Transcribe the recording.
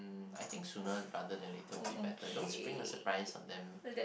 I think sooner rather than later will be better don't spring a surprise on them